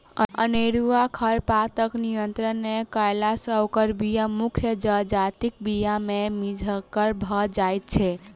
अनेरूआ खरपातक नियंत्रण नै कयला सॅ ओकर बीया मुख्य जजातिक बीया मे मिज्झर भ जाइत छै